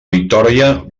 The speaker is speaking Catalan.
victòria